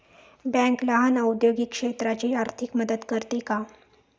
Bank लहान औद्योगिक क्षेत्राची आर्थिक मदत करते का?